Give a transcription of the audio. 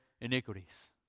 iniquities